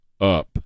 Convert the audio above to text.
up